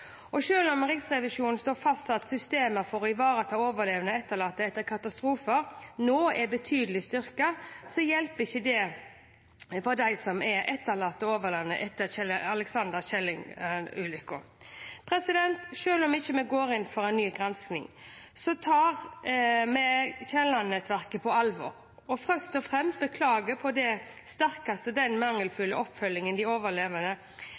og etterlatte. Selv om Riksrevisjonen slår fast at systemer for å ivareta overlevende og etterlatte etter katastrofer nå er betydelig styrket, hjelper ikke det for de etterlatte og overlevende etter Alexander L. Kielland-ulykken. Selv om vi ikke går inn for en ny gransking, tar vi Kielland-nettverket på alvor og vil først og fremst beklage på det sterkeste den mangelfulle oppfølgingen de overlevende